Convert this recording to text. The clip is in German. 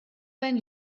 sein